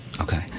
Okay